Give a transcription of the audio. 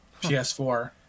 PS4